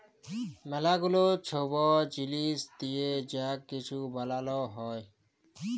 ম্যালা গুলা ছব জিলিস দিঁয়ে যা কিছু বালাল হ্যয়